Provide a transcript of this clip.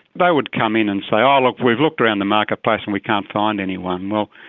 they would come in and say, oh, look, we've looked around the marketplace and we can't find anyone. well,